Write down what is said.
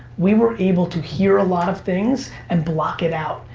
we were able to hear a lot of things and block it out.